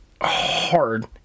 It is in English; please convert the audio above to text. hard